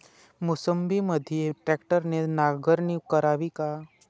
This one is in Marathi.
मोसंबीमंदी ट्रॅक्टरने नांगरणी करावी का?